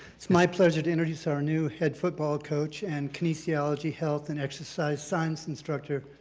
it's my pleasure to introduce our new head football coach and kinesiology, health and exercise science instructor,